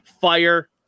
fire